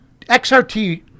XRT